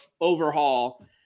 overhaul